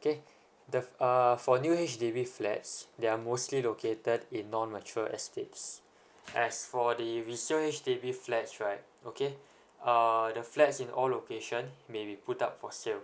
okay the uh for new H_D_B flats they are mostly located in non mature estates as for the resale H_D_B flats right okay uh the flats in all location maybe put up for sale